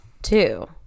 Two